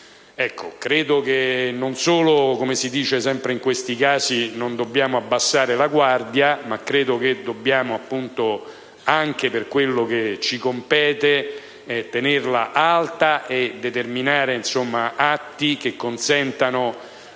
Credo che non solo, come si dice sempre in questi casi, non dobbiamo abbassare la guardia, ma dobbiamo - anche per quello che ci compete - tenerla alta e determinare atti che consentano